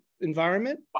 environment